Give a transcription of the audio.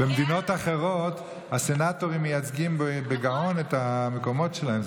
במדינות אחרות הסנאטורים מייצגים בגאון את המקומות שלהם.